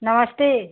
नमस्ते